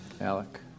ALEC